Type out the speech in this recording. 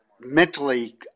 mentally